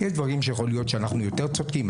יש דברים שיכול להיות שאנחנו יותר צודקים,